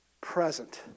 present